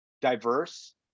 diverse